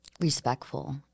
respectful